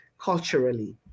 culturally